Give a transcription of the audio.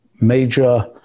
major